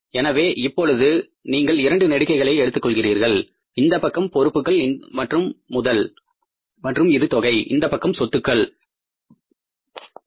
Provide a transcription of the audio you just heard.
எனவே இப்பொழுது நீங்கள் 2 நெடுகைகளை எடுத்துக் கொள்கின்றீர்கள் இந்தப் பக்கம் லைபிலிட்டிஸ் மற்றும் கேபிடல் மற்றும் இது தொகை இந்தப்பக்கம் அசெட்ஸ் என்று அழைக்கப்படுகின்றது இது தொகை